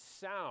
sound